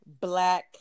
black